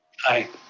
aye.